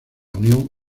unión